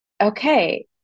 okay